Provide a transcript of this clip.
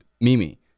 Mimi